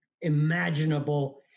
imaginable